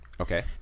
Okay